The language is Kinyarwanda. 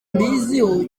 mbiziho